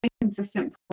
consistent